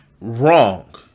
wrong